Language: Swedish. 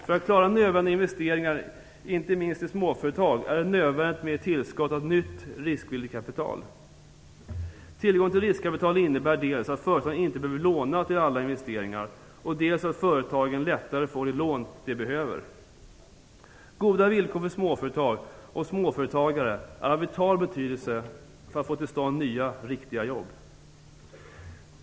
För att klara nödvändiga investeringar, inte minst i småföretag, är det nödvändigt med ett tillskott av nytt riskvilligt kapital. Tillgång till riskkapital innebär dels att företagen inte behöver låna till alla investering, dels att företagen lättare får de lån som de behöver. Goda villkor för småföretag och småföretagare är av vital betydelse för att få till stånd nya riktiga jobb.